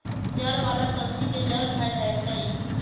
जड़ वाला सब्जी के जड़ खाएल जाई छई